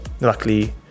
luckily